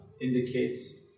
indicates